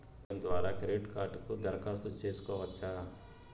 Online ద్వారా credit కార్డుకు దరఖాస్తు సేసుకోవచ్చా?